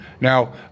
Now